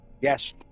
Yes